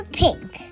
pink